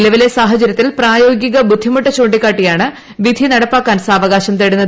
നിലവിലെ സാഹചര്യത്തിൽ പ്രായോഗിക ബുദ്ധിമുട്ട് ചൂണ്ടിക്കാട്ടിയാണ് വിധി നടപ്പാക്കാൻ സാവകാശം തേടുന്നത്